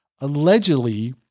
allegedly